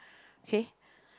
okay